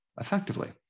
effectively